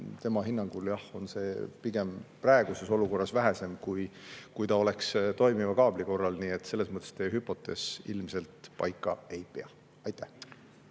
tema hinnangul on see praeguses olukorras pigem väiksem, kui oleks toimiva kaabli korral. Nii et selles mõttes teie hüpotees ilmselt paika ei pea. Aitäh!